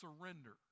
surrender